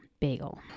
bagel